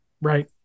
Right